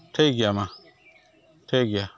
ᱴᱷᱤᱠᱜᱮᱭᱟ ᱢᱟ ᱴᱷᱤᱠᱜᱮᱭᱟ